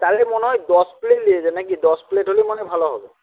তাহলে মনে হয় দশ প্লেট লেগে যায় নাকি দশ প্লেট হলে মনে হয় ভালো হবে